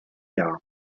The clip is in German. jahr